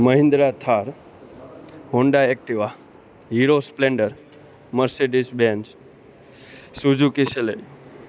Mahindra Thar Honda Activa Hero Splendor Mercedes Benz Suzuki સિલે